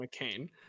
McCain